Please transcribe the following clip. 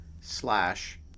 slash